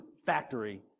factory